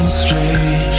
straight